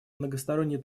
многосторонней